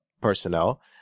personnel